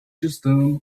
customs